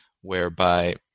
whereby